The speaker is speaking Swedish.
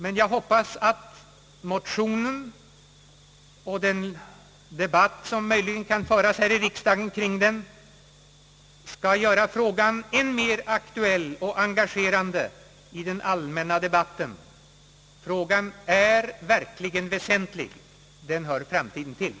Men jag hoppas att motionen och den debatt som möjligen kan föras här i riksdagen kring den skall göra frågan än mer aktuell och engagerande i den allmänna debatten. Frågan är verkligen väsentlig. Den hör framtiden till.